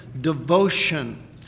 devotion